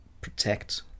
protect